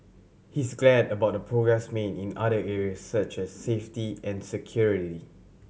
he is glad about the progress made in other area such as safety and security